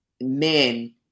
men